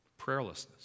prayerlessness